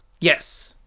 yes